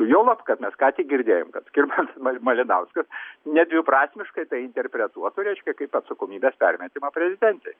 juolab kad mes ką tik girdėjom kad skirmantas ma malinauskas nedviprasmiškai tai interpretuotų reiškia kaip atsakomybės permetimą prezidentei